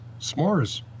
S'mores